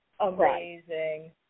amazing